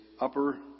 upper